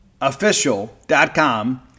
official.com